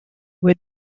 with